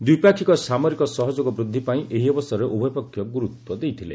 ଦ୍ୱିପାକ୍ଷିକ ସାମରିକ ସହଯୋଗ ବୃଦ୍ଧିପାଇଁ ଏହି ଅବସରରେ ଉଭୟ ପକ୍ଷ ଗୁରୁତ୍ୱ ଦେଇଥିଲେ